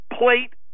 plate